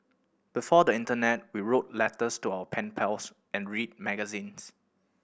before the internet we wrote letters to our pen pals and read magazines